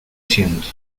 siento